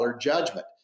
judgment